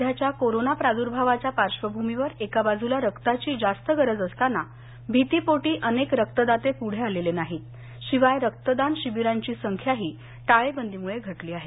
सध्याच्या कोरोना प्रादुर्भावाच्या पार्श्वभूमीवर एका बाजूला रक्ताची जास्त गरज असताना भीतीपोटी अनेक रक्तदाते पुढे आलेले नाहीत शिवाय रक्तदान शिबिरांची संख्याही टाळेबंदीमुळं घटली आहे